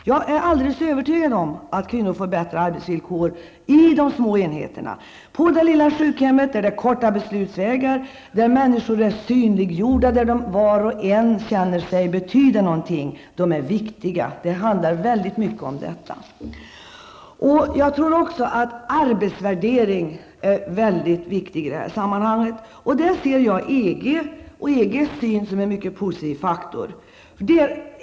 Jag är alldeles övertygad om att kvinnor får bättre arbetsvillkor i de små enheterna: på det lilla sjukhemmet, där det är korta beslutsvägar, där människor är synliggjorda, där var och en känner sig betyda någonting. Det handlar väldigt mycket om att människorna är viktiga. Jag tror också att arbetsvärdering är mycket viktig i detta sammanhang. Där ser jag EG och EGs syn som en mycket positiv faktor.